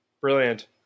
Brilliant